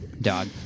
dog